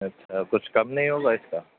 اچھا کچھ کم نہیں ہوگا اس کا